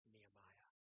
Nehemiah